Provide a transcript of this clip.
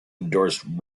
endorsed